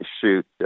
shoot